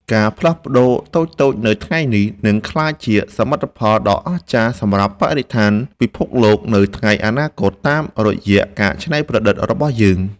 ការផ្លាស់ប្ដូរតូចៗនៅថ្ងៃនេះ នឹងក្លាយជាសមិទ្ធផលដ៏អស្ចារ្យសម្រាប់បរិស្ថានពិភពលោកនៅថ្ងៃអនាគតតាមរយៈការច្នៃប្រឌិតរបស់យើង។